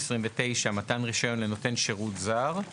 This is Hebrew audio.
מתן רישיון לנותן שירות זר;